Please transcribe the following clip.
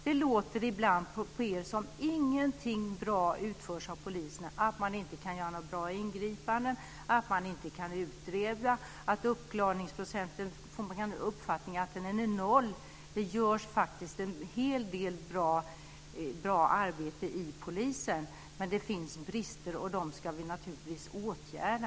Det låter ibland på er som att ingenting bra utförs av poliserna, att man inte kan göra bra ingripanden, att man inte kan utreda, att uppklaringprocenten är noll. Det utförs faktiskt en hel del bra arbete inom polisen. Men det finns brister, och dem ska vi naturligtvis åtgärda.